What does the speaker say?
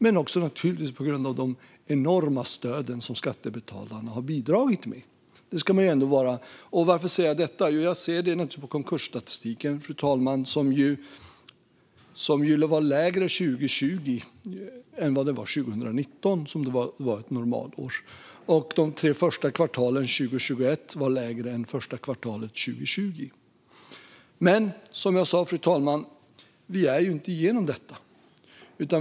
Men det beror naturligtvis också på de enorma stöd som skattebetalarna har bidragit med. Varför säger jag detta? Jo, jag ser det i konkursstatistiken, fru talman. Den var lägre 2020 än 2019, som var ett normalt år. De tre första kvartalen 2021 var den också lägre än första kvartalet 2020. Men vi är som sagt inte igenom detta.